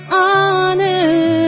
honor